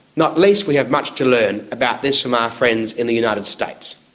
not least, we have much to learn about this from our friends in the united states.